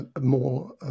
more